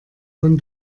von